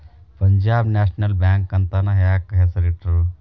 Punjab national bank ಅಂತನ ಯಾಕ್ ಹೆಸ್ರಿಟ್ರು?